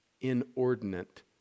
inordinate